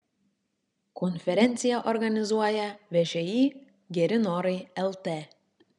konferenciją organizuoja všį geri norai lt